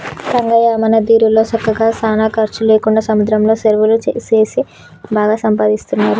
రంగయ్య మన దీరోళ్ళు సక్కగా సానా ఖర్చు లేకుండా సముద్రంలో సెరువులు సేసి బాగా సంపాదిస్తున్నారు